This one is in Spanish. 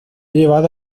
llevado